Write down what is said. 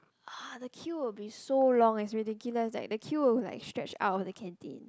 ah the queue will be so long it's ridiculous eh the queue will like stretch out of the canteen